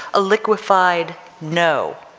a liquefied, no,